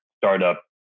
startup